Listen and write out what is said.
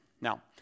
Now